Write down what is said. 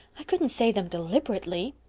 i couldn't say them deliberately.